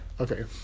Okay